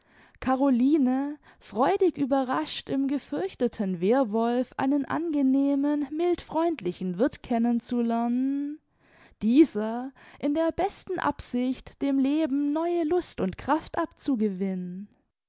caroline freudig überrascht im gefürchteten wehrwolf einen angenehmen mild freundlichen wirth kennen zu lernen dieser in der besten absicht dem leben neue lust und kraft abzugewinnen